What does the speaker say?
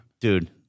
Dude